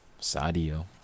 Sadio